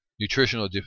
nutritional